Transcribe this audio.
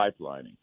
pipelining